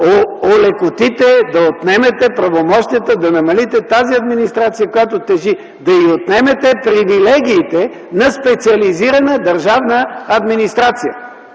олекотите, да отнемете правомощията, да намалите тази администрация, която тежи, да й отнемете привилегиите на специализирана държавна администрация,